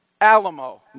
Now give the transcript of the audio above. Alamo